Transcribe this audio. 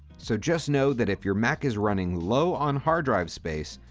so just know that if your mac is running low on hard drive space,